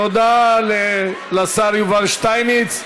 תודה לשר יובל שטייניץ.